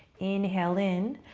inhale, in.